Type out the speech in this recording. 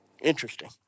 Interesting